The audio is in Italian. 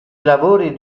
lavori